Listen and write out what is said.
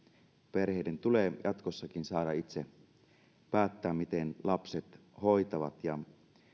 perheiden tulee jatkossakin saada itse päättää miten he lapset hoitavat ja